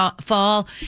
Fall